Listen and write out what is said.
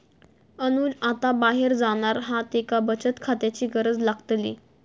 अनुज आता बाहेर जाणार हा त्येका बचत खात्याची गरज लागतली